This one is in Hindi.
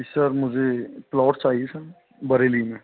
जी सर मुझे प्लॉट चाहिए सर बरेली में